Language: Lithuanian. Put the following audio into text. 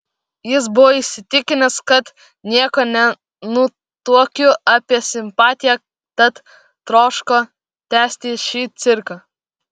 jis buvo įsitikinęs kad nieko nenutuokiu apie simpatiją tad troško tęsti šį cirką